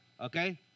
Okay